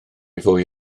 fwy